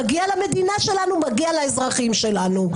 זה מגיע למדינה שלנו, מגיע לאזרחים שלנו.